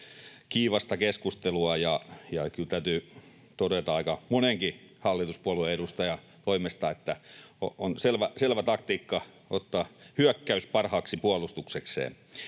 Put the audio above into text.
kiivasta keskustelua, ja kyllä täytyy todeta aika monestakin hallituspuolueen edustajasta, että on selvä taktiikka ottaa hyökkäys parhaaksi puolustuksekseen.